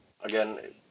Again